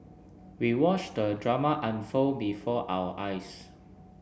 we watched the drama unfold before our eyes